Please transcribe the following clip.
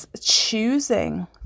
Choosing